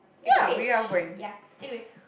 at Cuppage ya anyway